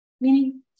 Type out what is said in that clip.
Meaning